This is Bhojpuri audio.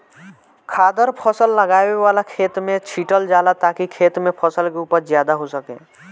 खादर फसल लगावे वाला खेत में छीटल जाला ताकि खेत में फसल के उपज ज्यादा हो सके